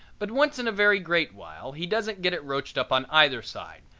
but once in a very great while he doesn't get it roached up on either side,